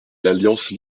l’alliance